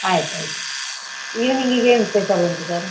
ಆಯ್ತು ಆಯ್ತು ಇವ್ನಿಂಗಿಗೆ ಏನು ಸ್ಪೆಷಲ್ ಉಂಟು ಸರ್